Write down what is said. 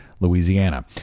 Louisiana